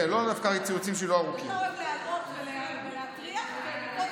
לא, הציוצים שלי דווקא לא ארוכים.